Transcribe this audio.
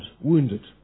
wounded